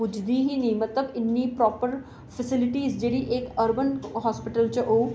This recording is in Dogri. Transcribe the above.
पुजदी गै नेईं मतलब इन्नी प्रॉपर फेस्लिटी जेह्ड़ी इक्क अर्बन हॉस्पिटल च होग